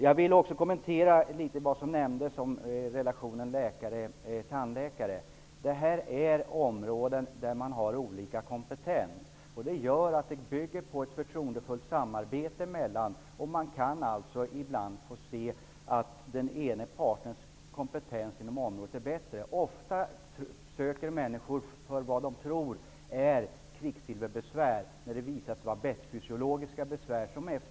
Jag vill också kommentera det som nämndes om relationen läkare--tandläkare. Detta är områden där man har olika kompetens. Det gör att detta bygger på ett förtroendefullt samarbete. Ibland kan man få se att den ena partens kompetens inom området är bättre. Människor söker ofta för vad de tror är kvicksilverbesvär, men det visar sig vara bettfysiologiska besvär.